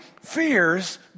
fears